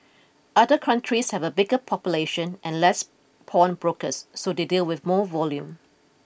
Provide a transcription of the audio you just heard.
other countries have a bigger population and less pawnbrokers so they deal with more volume